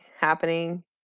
happening